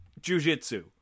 jujitsu